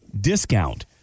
discount